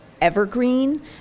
evergreen